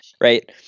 right